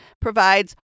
provides